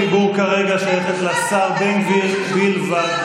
רשות הדיבור כרגע שייכת לשר בן גביר בלבד.